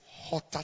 hotter